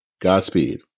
Godspeed